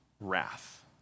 wrath